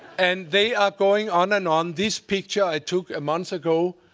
and they are going on and on. this picture i took a month ago,